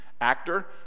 actor